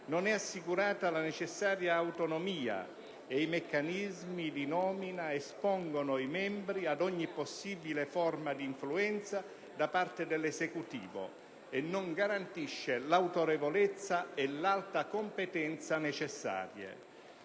non è assicurata la necessaria autonomia e i meccanismi di nomina espongono i membri ad ogni possibile forma di influenza da parte dell'Esecutivo e non garantisce l'autorevolezza e l'alta competenza necessaria.